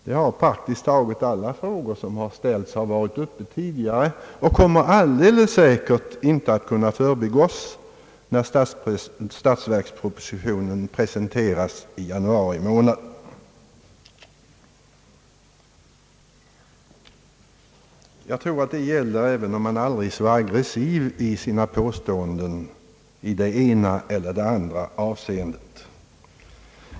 Det har praktiskt taget alla frågor som ställts, och de kommer alldeles säkert inte att förbigås när statsverkspropositionen presenteras i januari månad. Jag tror att detta gäller även om man inte är fullt så aggressiv i sina påståenden i det ena eller det andra avseendet.